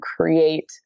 create